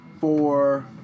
four